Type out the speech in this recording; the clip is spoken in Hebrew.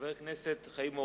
חבר הכנסת חיים אורון,